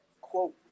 quote